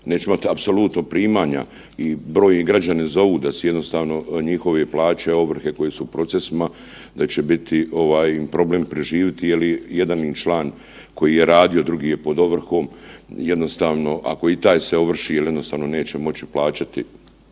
neće imati apsolutno primanja i brojni građani zovu da su jednostavno njihove plaće, ovrhe koje su u procesima, da će biti ovaj problem im preživjeti jel jedan im član koji je radio, drugi je pod ovrhom, jednostavno ako i taj se ovrši jednostavno neće moći plaćati